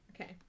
okay